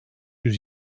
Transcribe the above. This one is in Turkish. yüz